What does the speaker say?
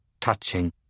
touching